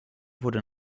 wurde